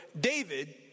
David